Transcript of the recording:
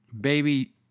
baby